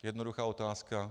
Jednoduchá otázka.